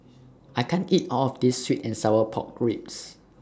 I can't eat All of This Sweet and Sour Pork Ribs